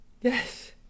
yes